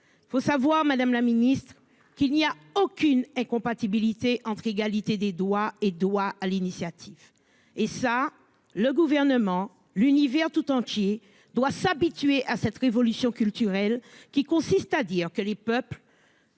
Il faut savoir Madame la Ministre qu'il n'y a aucune incompatibilité entre égalité des doigts et doit à l'initiative et ça le gouvernement l'univers tout entier doit s'habituer à cette révolution culturelle qui consiste à dire que les peuples.